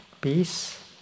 peace